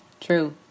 true